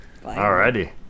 Alrighty